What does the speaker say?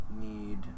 need